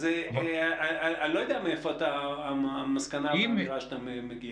אז אני לא יודע מאיפה המסקנה והאמירה שאתה מגיע אליה.